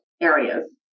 areas